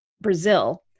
Brazil